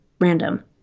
random